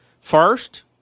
First